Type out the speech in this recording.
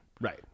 Right